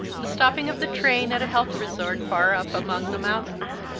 the stopping of the train at a health resort far up among the mountains,